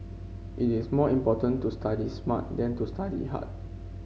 it is more important to study smart than to study hard